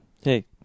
Hey